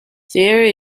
there